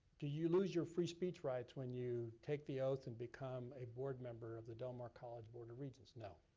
do you lose your free speech rights when you take the oath and become a board member of the del mar college board of regents? no,